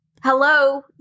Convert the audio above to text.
Hello